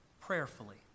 prayerfully